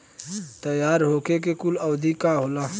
तैयार होखे के कूल अवधि का होला?